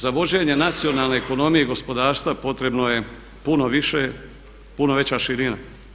Za vođenje nacionalne ekonomije i gospodarstva potrebno je puno više, puno veća širina.